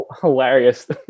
hilarious